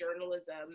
journalism